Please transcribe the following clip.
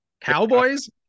Cowboys